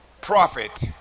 profit